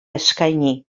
eskaini